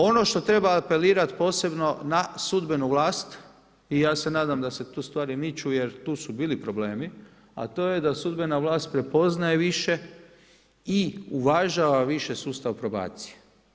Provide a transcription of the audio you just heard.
Ono što treba apelirat posebno na sudbenu vlast i ja se nadam da se tu stvari miču jer tu su bili problemi, a to je da sudbena vlast prepoznaje više i uvažava viši sustav probacije.